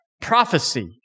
prophecy